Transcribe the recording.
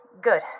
good